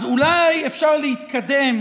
אז אולי אפשר להתקדם